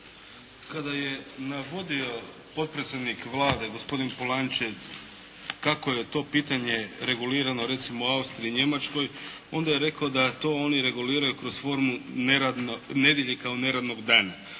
Kada je navodio potpredsjednik Vlade gospodin Polančec kako je to pitanje regulirano recimo u Austriji i Njemačkoj onda je rekao da to oni reguliraju kroz formu nedjelje kao neradnog dana.